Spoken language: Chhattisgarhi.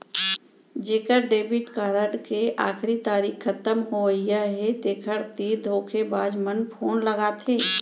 जेखर डेबिट कारड के आखरी तारीख खतम होवइया हे तेखर तीर धोखेबाज मन फोन लगाथे